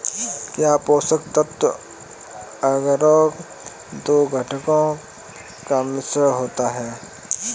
क्या पोषक तत्व अगरो दो घटकों का मिश्रण होता है?